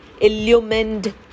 illumined